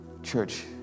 Church